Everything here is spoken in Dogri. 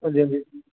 हंजी हंजी